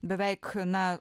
beveik na